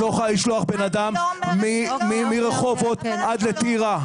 את לא יכולה לשלוח בן-אדם מרחובות עד טירה.